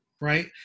right